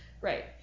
Right